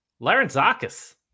Larenzakis